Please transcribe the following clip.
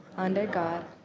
under god,